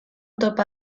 topa